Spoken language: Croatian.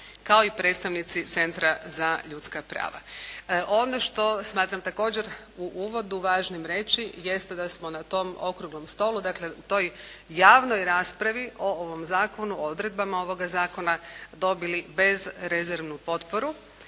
kao i predstavnici Centra za ljudska prava. Ono što smatram također u uvodu važno reći, jeste da smo na tom okruglom stolu, dakle u toj javnoj raspravi o ovom zakonu, o odredbama ovoga zakona dobili bezrezervnu potporu.